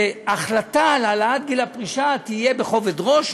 שההחלטה על העלאת גיל הפרישה תתקבל בכובד ראש,